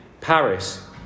Paris